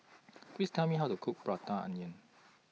Please Tell Me How to Cook Prata Onion